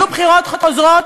יהיו בחירות חוזרות.